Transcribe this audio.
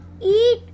eat